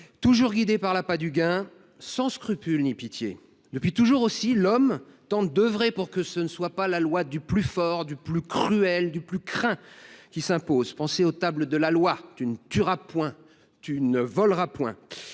toujours guidé par l’appât du gain, sans scrupule ni pitié. Depuis toujours aussi, l’homme tente d’œuvrer pour empêcher que ne s’impose la loi du plus fort, du plus cruel, du plus craint. Pensez aux Tables de la loi :« Tu ne tueras point »,« Tu ne voleras point